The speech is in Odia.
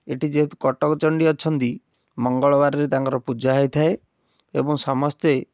ଏଠି ଯେହେତୁ କଟକ ଚଣ୍ଡୀ ଅଛନ୍ତି ମଙ୍ଗଳବାରରେ ତାଙ୍କର ପୂଜା ହେଇଥାଏ ଏବଂ ସମସ୍ତେ